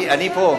אני פה.